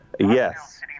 Yes